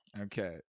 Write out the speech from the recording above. okay